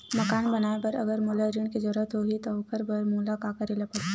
मकान बनाये बर अगर मोला ऋण के जरूरत होही त ओखर बर मोला का करे ल पड़हि?